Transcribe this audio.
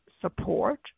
support